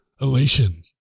elation